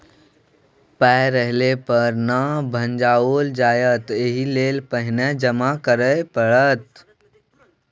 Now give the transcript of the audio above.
पाय रहले पर न भंजाओल जाएत ओहिलेल पहिने जमा करय पड़त